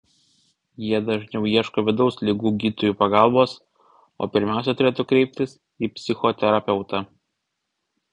jie dažniau ieško vidaus ligų gydytojų pagalbos o pirmiausia turėtų kreiptis į psichoterapeutą